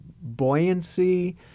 buoyancy